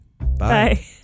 Bye